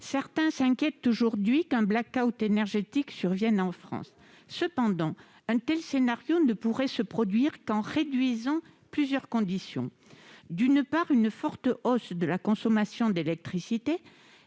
Certains s'inquiètent aujourd'hui de la survenue d'un blackout énergétique en France. Cependant, un tel scénario ne pourrait se produire qu'en réunissant plusieurs conditions : d'une part, une forte hausse de la consommation d'électricité,